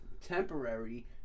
temporary